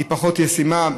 והיא פחות ישימה,